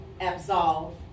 Absolve